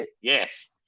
yes